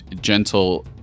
gentle